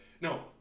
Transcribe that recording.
no